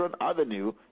Avenue